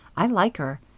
i like her.